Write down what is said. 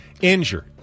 injured